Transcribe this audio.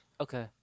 Okay